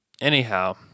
anyhow